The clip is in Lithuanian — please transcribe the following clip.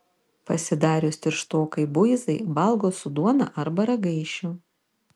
pasidarius tirštokai buizai valgo su duona arba ragaišiu